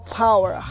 power